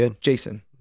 Jason